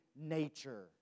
nature